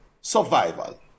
survival